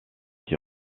qui